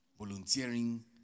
volunteering